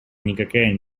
никакая